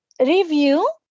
review